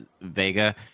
Vega